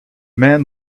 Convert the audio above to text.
man